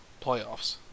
Playoffs